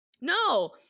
no